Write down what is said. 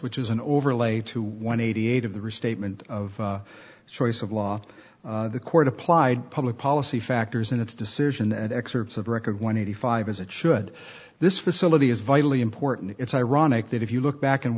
which is an overlay to one eighty eight of the restatement of the choice of law the court applied public policy factors in its decision and excerpts of record one eighty five as it should this facility is vitally important it's ironic that if you look back in